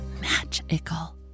magical